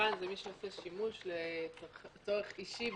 צרכן זה מי שעושה שימוש לצורך אישי,